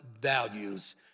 values